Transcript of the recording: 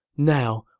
now,